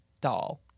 Doll